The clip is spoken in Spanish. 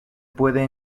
puede